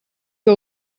que